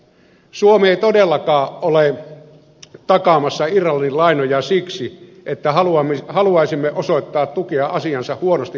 suomi ei todellakaan ole takaamassa irlannin lainoja siksi että haluaisimme osoittaa tukea asiansa huonosti hoitaneelle maalle